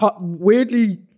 weirdly